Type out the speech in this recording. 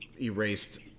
erased